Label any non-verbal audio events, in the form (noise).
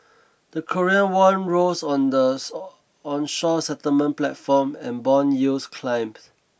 the Korean won rose on the (hesitation) onshore settlement platform and bond yields climbed